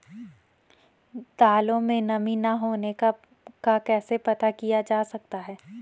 दालों में नमी न होने का कैसे पता किया जा सकता है?